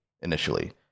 initially